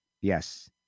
yes